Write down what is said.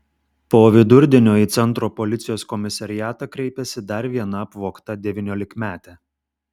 po vidurdienio į centro policijos komisariatą kreipėsi dar viena apvogta devyniolikmetė